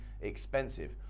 expensive